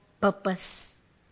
purpose